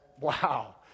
wow